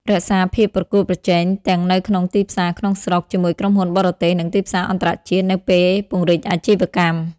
រក្សាភាពប្រកួតប្រជែង ទាំងនៅក្នុងទីផ្សារក្នុងស្រុក ជាមួយក្រុមហ៊ុនបរទេស និងទីផ្សារអន្តរជាតិ នៅពេលពង្រីកអាជីវកម្ម។